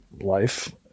life